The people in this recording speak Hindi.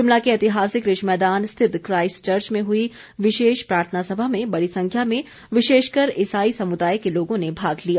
शिमला के ऐतिहासिक रिज मैदान स्थित क्राईस्ट चर्च में हुई विशेष प्रार्थना सभा में बड़ी संख्या में विशेषकर ईसाई समुदाय के लोगों ने भाग लिया